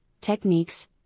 techniques